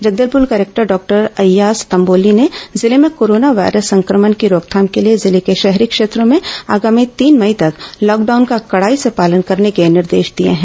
Jagdalpur collector doctor Ayyaz Tamboli ने जिले में कोर्रोना वायरस संक्रमण की रोकथाम के लिए जिले के शहरी क्षेत्रों में आगामी तीन मई तक लॉकडाउन का कड़ाई से पालन करने के निर्देश दिए हैं